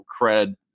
cred